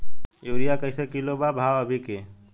Urea कइसे kilo बा भाव अभी के?